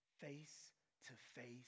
face-to-face